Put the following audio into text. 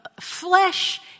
flesh